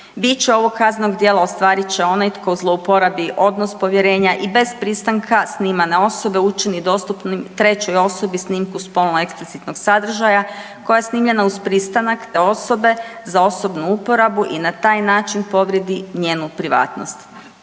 … ovog kaznenog djela ostvarit će onaj tko zlouporabi odnos povjerenja i bez pristanka snimane osobe učini dostupnim trećoj osobi snimku spolno eksplicitnog sadržaja koja je snimljena uz pristanak te osobe za osobnu uporabu i na taj način povrijedi njenu privatnost,